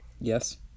Yes